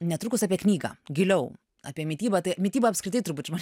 netrukus apie knygą giliau apie mitybą tai mityba apskritai turbūt žmonė